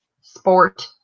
sport